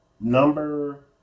number